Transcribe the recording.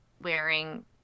wearing